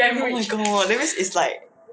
oh my god that means it's like